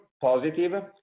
positive